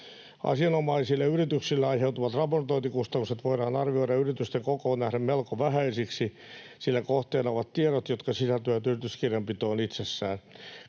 Asianomaisille yrityksille aiheutuvat raportointikustannukset voidaan arvioida yritysten kokoon nähden melko vähäisiksi, sillä kohteena ovat tiedot, jotka sisältyvät yrityskirjanpitoon itsessään.